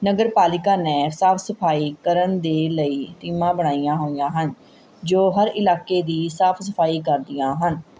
ਨਗਰਪਾਲਿਕਾ ਨੇ ਸਾਫ਼ ਸਫ਼ਾਈ ਕਰਨ ਦੇ ਲਈ ਟੀਮਾਂ ਬਣਾਈਆਂ ਹੋਈਆਂ ਹਨ ਜੋ ਹਰ ਇਲਾਕੇ ਦੀ ਸਾਫ਼ ਸਫ਼ਾਈ ਕਰਦੀਆਂ ਹਨ